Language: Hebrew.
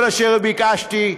כל אשר ביקשתי,